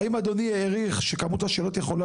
האם אדוני העריך שכמות השאלה יכולה